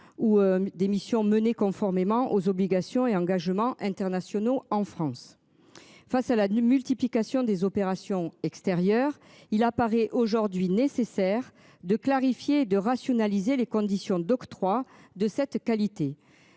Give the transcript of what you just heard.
Ou des missions menées conformément aux obligations et engagements internationaux en France. Face à la multiplication des opérations extérieures, il apparaît aujourd'hui nécessaire de clarifier et de rationaliser les conditions d'octroi de cette qualité.